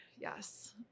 yes